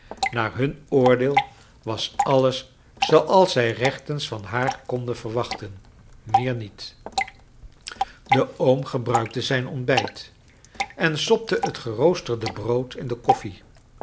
naar hun oordeel was alles zooals zij rechtens van haar konden verwachten meer niet de oom gebruikte zijn ontbrjt en sopte het geroosterde brood in de koffie